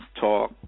talk